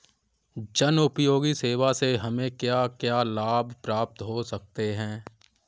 जनोपयोगी सेवा से हमें क्या क्या लाभ प्राप्त हो सकते हैं?